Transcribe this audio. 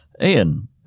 Ian